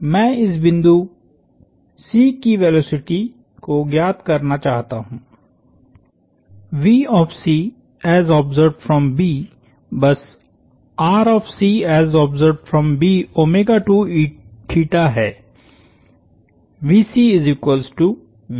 मैं इस बिंदु C की वेलोसिटी को ज्ञात करना चाहता हूं